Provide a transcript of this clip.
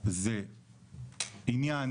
זה עניין